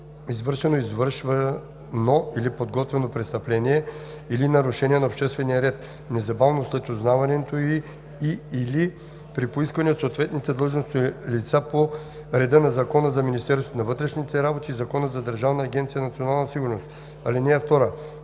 извършено, извършвано или подготвяно престъпление или нарушение на обществения ред, незабавно след узнаването й и/или при поискване от съответните длъжностни лица по реда на Закона за Министерството на вътрешните работи и Закона за Държавна агенция „Национална сигурност“. (2) За